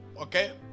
Okay